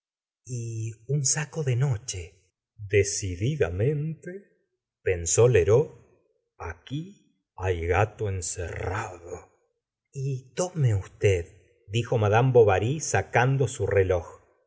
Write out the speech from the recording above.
un saco de noche decidadamente pensó lheureux aqui hay gato encerrado y tome usted dijo mad bovary sacando su reloj